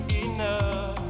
enough